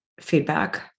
feedback